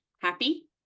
happy